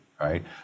right